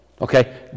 Okay